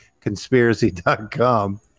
conspiracy.com